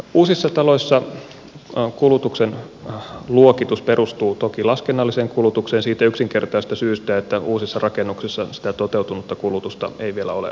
uusissa taloissa kulutuksen luokitus perustuu toki laskennalliseen kulutukseen siitä yksinkertaisesta syystä että uusissa rakennuksissa sitä toteutunutta kulutusta ei vielä ole olemassakaan